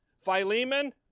Philemon